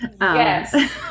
Yes